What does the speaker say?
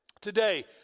today